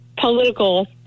political